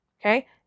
Okay